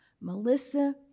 Melissa